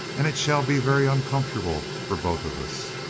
and it shall be very uncomforta ble for both of us.